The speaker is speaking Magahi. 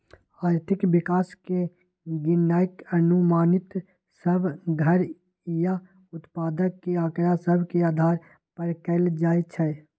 आर्थिक विकास के गिननाइ अनुमानित सभ घरइया उत्पाद के आकड़ा सभ के अधार पर कएल जाइ छइ